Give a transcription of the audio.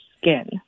skin